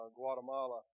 Guatemala